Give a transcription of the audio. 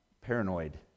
paranoid